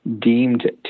deemed